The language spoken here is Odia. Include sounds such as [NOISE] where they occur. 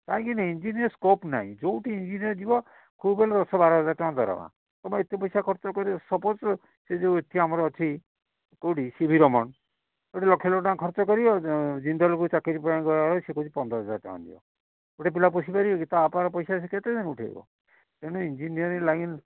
କାହିଁକିନା ଇଞ୍ଜିନିୟରିଂରେ ସ୍କୋପ୍ ନାହିଁ ଯେଉଁଠି ଇଞ୍ଜିନିୟର୍ ଯିବ [UNINTELLIGIBLE] ଦଶ ବାରହଜାର ଟଙ୍କା ଦରମା ତୁମେ ଏତେ ପଇସା ଖର୍ଚ୍ଚ କରିବ ସପୋଜ୍ ସେ ଯେଉଁ ଏଠି ଆମର ଅଛି କେଉଁଠି ସି ଭି ରମନ୍ ସେଠି ଲକ୍ଷ ଲକ୍ଷ ଟଙ୍କା ଖର୍ଚ୍ଚ କରିବ ଜିନ୍ଦଲକୁ ଚାକିରି ପାଇଁ ଗଲାବେଳେ ସେ କହୁଛି ପନ୍ଦରହଜାର ଟଙ୍କା ନିଅ ଗୋଟେ ପିଲା ପୋଷିପାରିବ କି ତା'ବାପାର ପଇସା ସେ କେତେଦିନରେ ଉଠାଇବ ତେଣୁ ଇଞ୍ଜିନିୟରିଂ ଲାଇନ୍